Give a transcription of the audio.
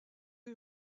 est